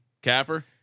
Capper